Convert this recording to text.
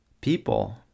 people